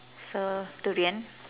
so durian